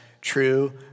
true